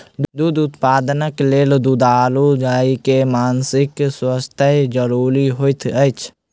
दूध उत्पादनक लेल दुधारू गाय के मानसिक स्वास्थ्य ज़रूरी होइत अछि